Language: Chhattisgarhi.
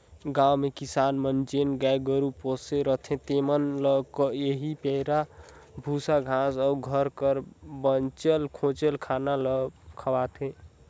गाँव में किसान मन जेन गाय गरू पोसे रहथें तेमन ल एही पैरा, बूसा, घांस अउ घर कर बांचल खोंचल खाना ल खवाथें